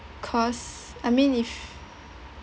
cause I mean if